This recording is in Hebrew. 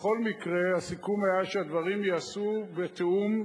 בכל מקרה, הסיכום היה שהדברים ייעשו בתיאום,